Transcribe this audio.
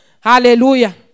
Hallelujah